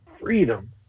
freedom